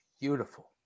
beautiful